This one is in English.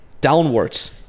downwards